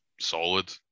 solid